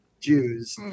Jews